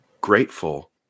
grateful